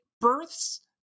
births